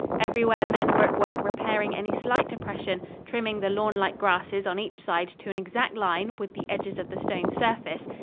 everywhere men were at work repairing any slight depression, trimming the lawnlike grasses on each side to an exact line with the edges of the stone surface,